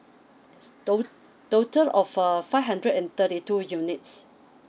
to~ total of err five hundred and thirty two units